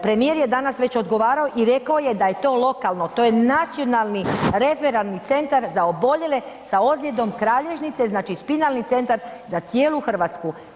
Premijer je danas već odgovarao i rekao je da je to lokalno, to je nacionalni referalni centar za oboljele sa ozljedom kralježnice, znači spinalni centar za cijelu Hrvatsku.